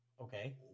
okay